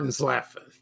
laughing